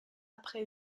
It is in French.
après